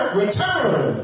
return